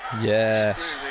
yes